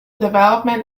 development